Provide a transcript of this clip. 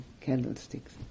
candlesticks